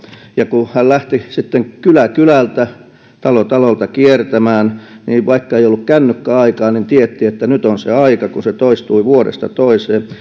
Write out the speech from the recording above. ja kun hän lähti kylä kylältä talo talolta kiertämään niin vaikka ei ollut kännykkäaikaa niin tiedettiin että nyt se on aika kun se toistui vuodesta toiseen